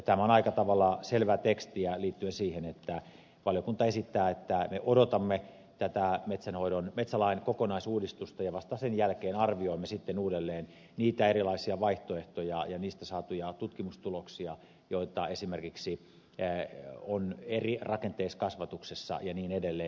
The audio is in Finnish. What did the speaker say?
tämä on aika tavalla selvää tekstiä liittyen siihen että valiokunta esittää että me odotamme tätä metsälain kokonaisuudistusta ja vasta sen jälkeen arvioimme sitten uudelleen niitä erilaisia vaihtoehtoja ja niistä saatuja tutkimustuloksia joita esimerkiksi on eri rakenteiskasvatuksessa ja niin edelleen